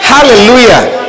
Hallelujah